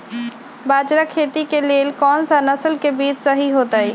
बाजरा खेती के लेल कोन सा नसल के बीज सही होतइ?